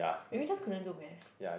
maybe just couldn't do Math